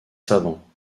savants